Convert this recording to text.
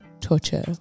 torture